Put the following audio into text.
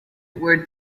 were